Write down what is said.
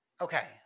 Okay